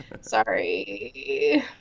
sorry